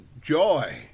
joy